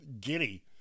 giddy